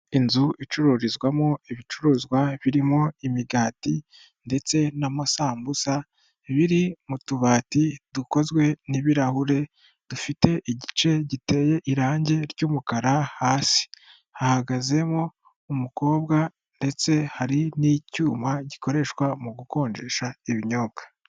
Inzu icururizwamo ibicuruzwa birimo imigati ndetse n'amasambusa biri mu tubati dukozwe n'ibirahure dufite igice giteye irangi ry'umukara hasi hahagazemo umukobwa ndetse hari n'icyuma gikoreshwa mu gukonjesha ibinyobwa.